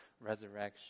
resurrection